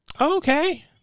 Okay